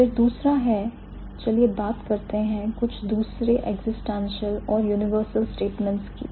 फिर दूसरा है चलिए बात करते हैं कुछ दूसरे existential और universal statements की